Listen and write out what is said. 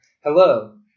Hello